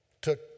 took